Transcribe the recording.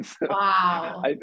Wow